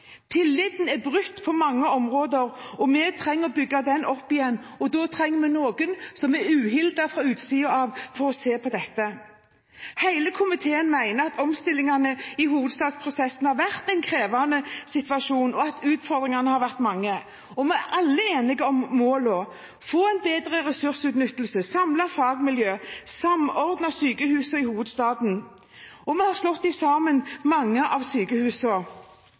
Tilliten er brutt på mange områder, og vi trenger å bygge den opp igjen. Da trenger vi noen som er uhildet – fra utsiden – for å se på dette. Hele komiteen mener at omstillingene i hovedstadsprosessen har vært en krevende situasjon, og at utfordringene har vært mange. Vi er alle enige om målene: få en bedre ressursutnyttelse, samle fagmiljøer og samordne sykehusene i hovedstaden. Vi har slått sammen mange av